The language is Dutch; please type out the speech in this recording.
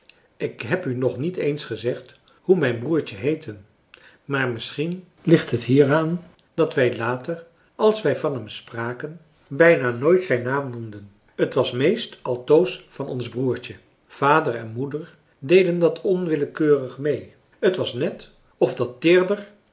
ik heb u nog niet eens gezegd hoe mijn broertje heette maar misschien ligt het hieraan dat wij later als wij van hem spraken bijna nooit zijn naam noemden het was meest altoos van ons broertje vader en moeder deden dat onwillekeurig mee het was net of dat teerder